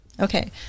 Okay